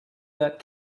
that